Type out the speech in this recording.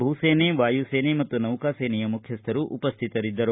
ಭೂ ಸೇನೆ ವಾಯು ಸೇನೆ ಮತ್ತು ನೌಕಾ ಸೇನೆಯ ಮುಖ್ಯಸ್ಥರು ಉಪಶ್ಯಿತರಿದ್ದರು